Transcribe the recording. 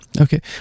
Okay